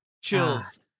chills